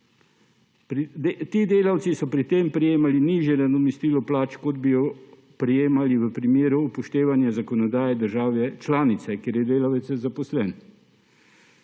Ti delavci so pri tem prejemali nižje nadomestilo plač, kot bi ga prejemali v primeru upoštevanja zakonodaje države članice, kjer je delavec zaposlen.